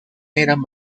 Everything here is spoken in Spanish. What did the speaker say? eran